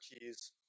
keys